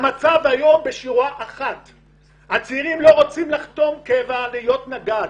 המצב היום הוא שהצעירים לא רוצים לחתום קבע ולהיות נגדים.